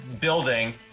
building